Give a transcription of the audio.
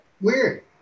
weird